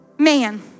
man